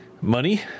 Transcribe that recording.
Money